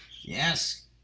Yes